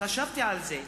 חשבתי על זה.